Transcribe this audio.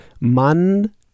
Man